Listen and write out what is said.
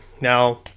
Now